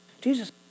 Jesus